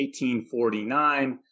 1849